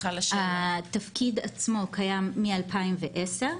התפקיד עצמו קיים מ-2010.